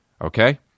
okay